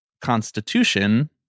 Constitution